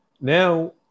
Now